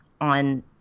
on